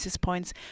points